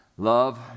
Love